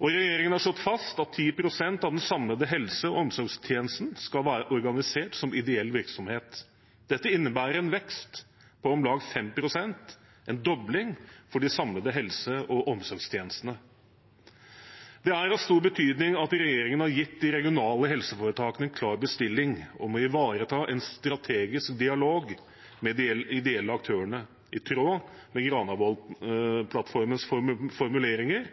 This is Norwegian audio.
Regjeringen har slått fast at 10 pst. av den samlede helse- og omsorgstjenesten skal være organisert som ideell virksomhet. Dette innebærer en vekst på om lag 5 pst., en dobling for de samlede helse- og omsorgstjenestene. Det er av stor betydning at regjeringen har gitt de regionale helseforetakene en klar bestilling om å ivareta en strategisk dialog med de ideelle aktørene, i tråd med Granavolden-plattformens formuleringer